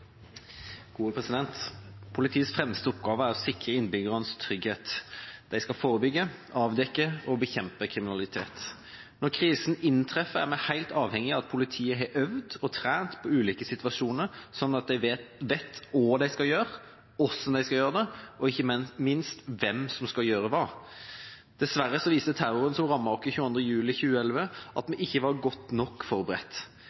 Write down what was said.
Politiets fremste oppgave er å sikre innbyggernes trygghet. De skal forebygge, avdekke og bekjempe kriminalitet. Når krisen inntreffer, er vi helt avhengig av at politiet har øvd og trent på ulike situasjoner, slik at de vet hva de skal gjøre, hvordan de skal gjøre det, og ikke minst hvem som skal gjøre hva. Dessverre viste terroren som rammet oss 22. juli 2011, at vi ikke var godt nok forberedt,